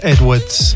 Edwards